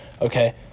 Okay